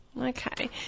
Okay